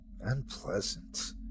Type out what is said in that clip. unpleasant